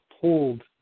pulled